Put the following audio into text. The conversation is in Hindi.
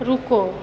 रुको